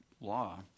law